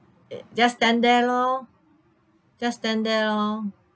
a~ just stand there lor just stand there lor